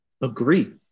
Agree